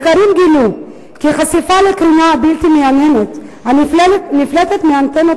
מחקרים גילו כי חשיפה לקרינה הבלתי מייננת הנפלטת מאנטנות